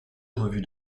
revue